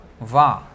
Va